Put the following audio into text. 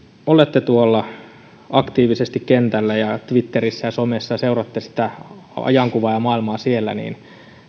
olette aktiivisesti tuolla kentällä ja twitterissä ja somessa ja seuraatte sitä ajankuvaa ja maailmaa siellä niin